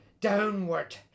downward